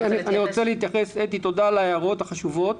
תודה על ההערות החשובות.